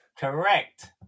Correct